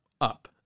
up